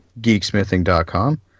GeekSmithing.com